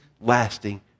lasting